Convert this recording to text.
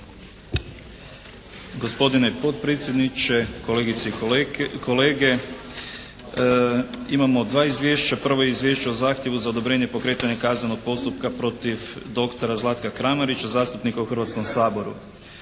Gospodine potpredsjedniče, kolegice i kolege. Imamo dva izvješća. Prvo izvješće je o zahtjevu za odobrenje, pokretanje kaznenog postupka protiv dr. Zlatka Kramarića, zastupnika u Hrvatskom saboru.